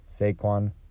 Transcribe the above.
Saquon